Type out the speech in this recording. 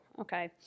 Okay